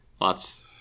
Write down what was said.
Lots